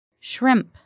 Shrimp